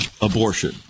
abortion